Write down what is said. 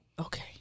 Okay